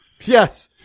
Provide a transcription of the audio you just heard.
Yes